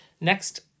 Next